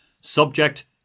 Subject